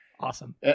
Awesome